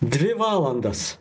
dvi valandas